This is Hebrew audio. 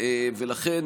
לכן,